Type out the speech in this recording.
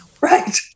right